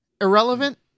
irrelevant